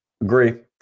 Agree